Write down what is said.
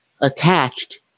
attached